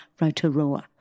Rotorua